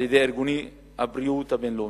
על-ידי ארגוני הבריאות הבין-לאומיים,